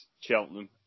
Cheltenham